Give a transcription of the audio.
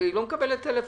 היא לא מקבלת טלפונים.